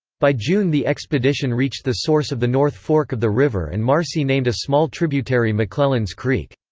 by june the expedition reached the source of the north fork of the river and marcy named a small tributary mcclellan's creek.